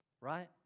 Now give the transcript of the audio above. Right